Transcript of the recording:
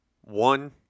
one